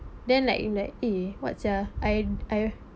then like in that eh what sia I I